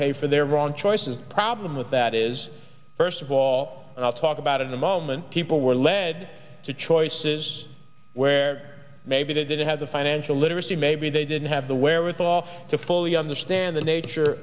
pay for their wrong choices the problem with that is first of all i'll talk about in the moment people were led to choices where maybe they didn't have the financial literacy maybe they didn't have the wherewithal to fully understand the nature